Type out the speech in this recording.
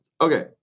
Okay